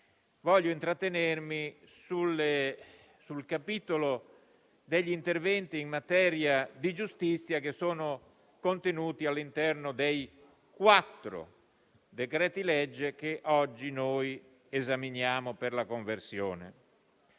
voglio intrattenermi sul capitolo degli interventi in tale ambito contenuti all'interno dei quattro decreti-legge che oggi esaminiamo per la conversione.